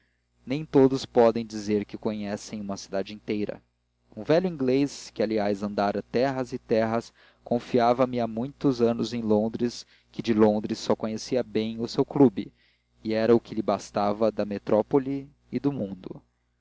nem todos podem dizer que conhecem uma cidade inteira um velho inglês que aliás andara terras e terras confiava me há muitos anos em londres que de londres só conhecia bem o seu clube e era o que lhe bastava da metrópole e do mundo